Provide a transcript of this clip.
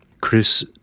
Chris